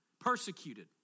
persecuted